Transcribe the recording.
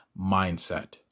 Mindset